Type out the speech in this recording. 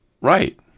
Right